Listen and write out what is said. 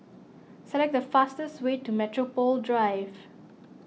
select the fastest way to Metropole Drive